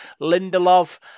Lindelof